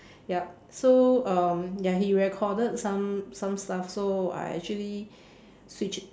yup so um ya he recorded some some stuff so I actually switch it